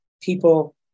people